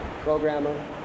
programmer